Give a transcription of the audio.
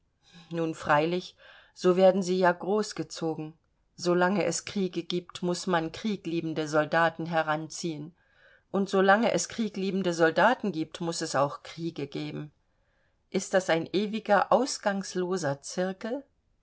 nun freilich so werden sie ja groß gezogen so lange es kriege gibt muß man kriegliebende soldaten heranziehen und so lange es kriegliebende soldaten gibt muß es auch kriege geben ist das ein ewiger ausgangsloser